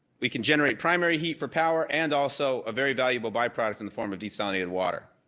we can generate primary heat for power and also a very valuable byproduct in the form of desalinated water.